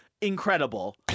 incredible